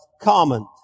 common